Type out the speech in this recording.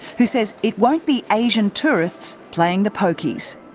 who says it won't be asian tourists playing the pokies.